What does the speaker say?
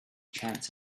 chance